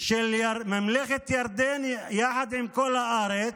של ממלכת ירדן יחד עם כל הארץ,